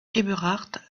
eberhard